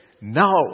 now